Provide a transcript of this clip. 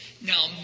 Now